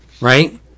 right